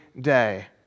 day